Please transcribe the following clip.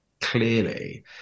clearly